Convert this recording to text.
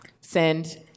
send